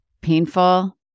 painful